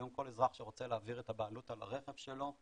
היום כל אזרח שרוצה להעביר את הבעלות על הרכב שלו,